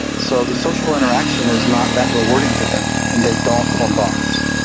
so the social interaction is not that rewarding to them and they don't form bonds.